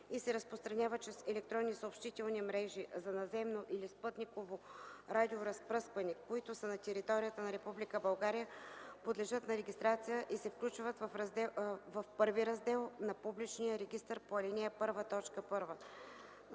и се разпространяват чрез електронни съобщителни мрежи за наземно или спътниково радиоразпръскване, които са на територията на Република България, подлежат на регистрация и се включват в Първи раздел на Публичния регистър по ал. 1, т.1”.